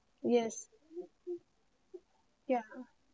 yes yeah